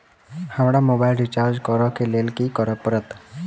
हमरा mobile recharge करऽ केँ लेल की करऽ पड़त?